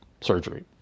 surgery